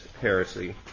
heresy